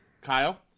Kyle